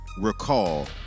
recall